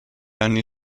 anni